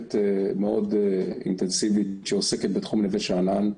מערכת מאוד אינטנסיבית שעוסקת בתחום נווה שאנן,